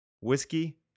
whiskey